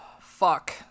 Fuck